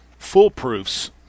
foolproofs